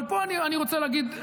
אבל פה אני רוצה להגיד,